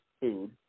food